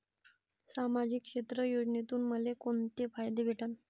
सामाजिक क्षेत्र योजनेतून मले कोंते फायदे भेटन?